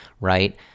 right